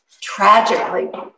tragically